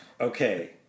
Okay